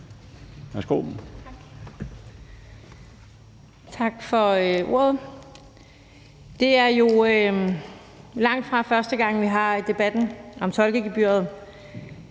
Tak for ordet. Det er jo langtfra første gang, vi har debatten om tolkegebyret,